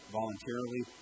voluntarily